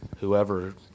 whoever